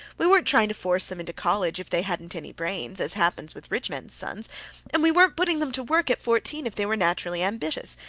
we weren't trying to force them into college if they hadn't any brains, as happens with rich men's sons and we weren't putting them to work at fourteen if they were naturally ambitious,